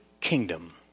Kingdom